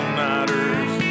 nighters